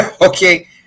okay